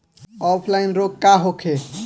Offline रोग का होखे?